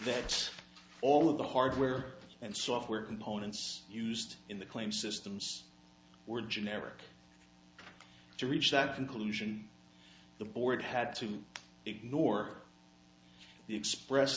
that all of the hardware and software components used in the claim systems were generic to reach that conclusion the board had to ignore the express